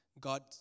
God